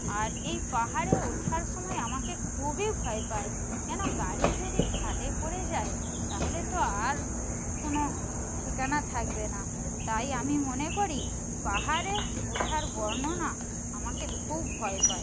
আর এই পাহাড়ে ওঠার সময় আমাকে খুবই ভয় পায় কেন গাড়ি যদি খাদে পড়ে যায় তাহলে তো আর কোনো ঠিকানা থাকবে না তাই আমি মনে করি পাহাড়ে ওঠার বর্ণনা আমাকে খুব ভয় পায়